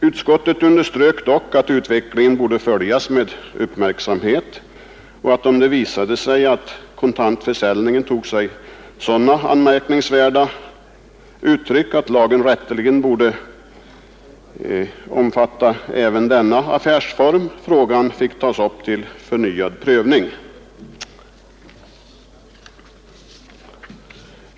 Utskottet underströk dock att utvecklingen borde följas med uppmärksamhet och att, om det visade sig att kontantförsäljningen tog sig sådana anmärkningsvärda uttryck att lagen rätteligen borde omfatta även denna affärsform, frågan fick tas upp till förnyad prövning.